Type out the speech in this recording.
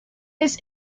his